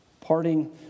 parting